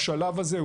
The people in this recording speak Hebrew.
בשלב הזה,